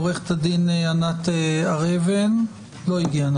עורכת הדין ענת הר אבן לא הגיעה.